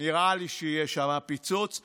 נראה לי שיהיה שם פיצוץ,